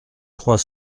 trois